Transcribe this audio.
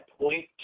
point